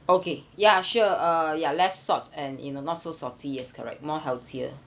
okay ya sure uh ya less salt and in uh not so salty yes correct more healthier